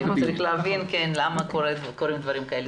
צריך להבין למה קורים דברים כאלה,